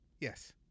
Yes